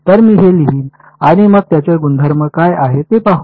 तर मी ते लिहीन आणि मग त्याचे गुणधर्म काय आहेत ते पाहू